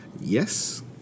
Yes